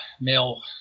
male